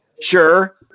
Sure